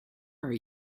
are